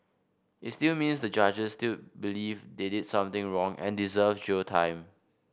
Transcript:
it still means the judges dill believe they did something wrong and deserve jail time